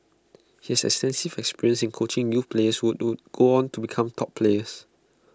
he has extensive experience in coaching youth players who would go on to become top players